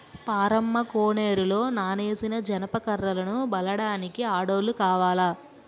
పారమ్మ కోనేరులో నానేసిన జనప కర్రలను ఒలడానికి ఆడోల్లు కావాల